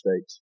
states